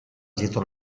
dietro